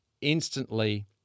instantly